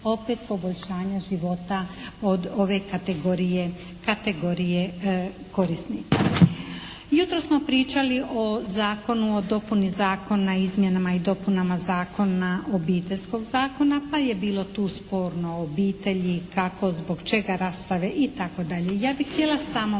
opet poboljšanja života od ove kategorije, kategorije korisnika. Jutros smo pričali o Zakonu o dopuni Zakona o izmjenama i dopunama zakona, obiteljskog zakona pa je bilo tu sporno obitelji, kako, zbog čega rastave i tako dalje.